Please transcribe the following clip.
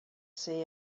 see